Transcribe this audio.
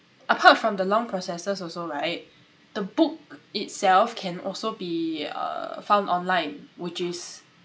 apart from the long processes also right the book itself can also be uh found online which is